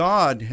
God